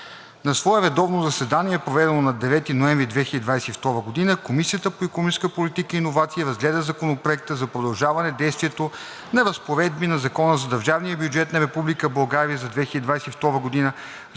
На свое редовно заседание, проведено на 9 ноември 2022 г., Комисията по икономическа политика и иновации разгледа Законопроект за продължаване действието на разпоредби на Закона за държавния бюджет на Република